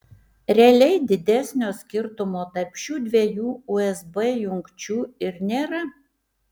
realiai didesnio skirtumo tarp šių dviejų usb jungčių ir nėra